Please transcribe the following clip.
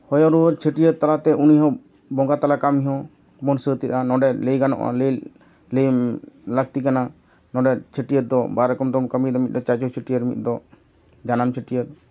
ᱦᱚᱭᱚ ᱨᱩᱣᱟᱹᱲ ᱪᱷᱟᱹᱴᱭᱟᱹᱨ ᱛᱟᱞᱟᱛᱮ ᱩᱱᱤ ᱦᱚᱸ ᱵᱚᱸᱜᱟ ᱛᱟᱞᱟ ᱠᱟᱹᱢᱤ ᱦᱚᱸᱵᱚᱱ ᱥᱟᱹᱛ ᱮᱫᱼᱟ ᱱᱚᱸᱰᱮ ᱞᱟᱹᱭ ᱜᱟᱱᱚᱜᱼᱟ ᱞᱟᱹᱭ ᱞᱟᱹᱠᱛᱤ ᱠᱟᱱᱟ ᱱᱚᱸᱰᱮ ᱪᱷᱟᱹᱴᱭᱟᱹᱨ ᱫᱚ ᱵᱟᱨ ᱨᱚᱠᱚᱢ ᱛᱮᱵᱚᱱ ᱠᱟᱹᱢᱤᱭᱮᱫᱟ ᱢᱤᱫ ᱫᱚ ᱪᱟᱪᱳ ᱪᱷᱟᱹᱴᱭᱟᱹᱨ ᱢᱤᱫ ᱫᱚ ᱡᱟᱱᱟᱢ ᱪᱷᱟᱹᱴᱭᱟᱹᱨ